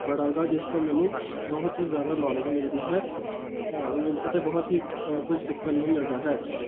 ਪੜ੍ਹਾਂਗਾ ਜਿਸ ਤੋਂ ਮੈਨੂੰ ਬਹੁਤ ਹੀ ਜ਼ਿਆਦਾ ਨੌਲੇਜ ਮਿਲਦੀ ਹੈ ਨੌਲੇਜ ਮਿਲਦੀ ਅਤੇ ਬਹੁਤ ਹੀ ਕੁਝ ਸਿੱਖਣ ਨੂੰ ਮਿਲਦਾ ਹੈ